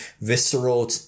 visceral